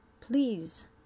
please